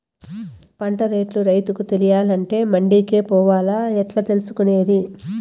పంట రేట్లు రైతుకు తెలియాలంటే మండి కే పోవాలా? ఎట్లా తెలుసుకొనేది?